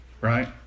right